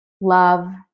love